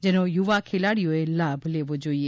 જેનો યુવા ખેલાડીઓએ લાભ લેવો જોઇએ